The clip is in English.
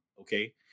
Okay